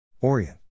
Orient